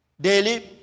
Daily